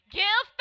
give